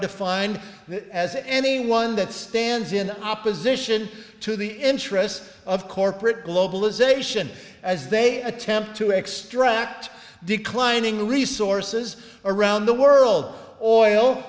defined as anyone that stands in opposition to the interests of corporate globalization as they attempt to extract declining resources around the world oil